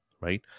right